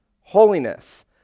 holiness